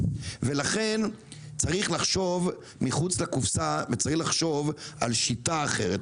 לכן צריך לחשוב מחוץ לקופסה וצריך לחשוב על שיטה אחרת.